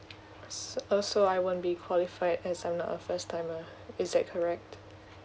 uh so uh so I won't be qualified as I'm not a first timer is that correct